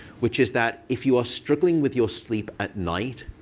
which is that if you are struggling with your sleep at night,